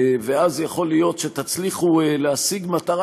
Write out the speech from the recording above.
ואז יכול להיות שתצליחו להשיג מטרה,